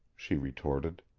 she retorted.